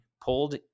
pulled